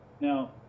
now